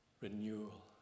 renewal